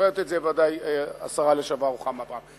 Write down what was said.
זוכרת את זה ודאי השרה לשעבר רוחמה אברהם.